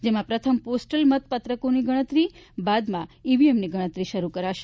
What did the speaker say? જેમાં પ્રથમ પોસ્ટલ મત પત્રકોની ગણતરી બાદ ઈવીએમની ગણતરી શરૂ કરાશે